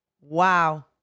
Wow